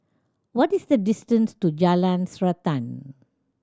what is the distance to Jalan Srantan